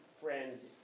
friends